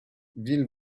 ville